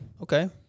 Okay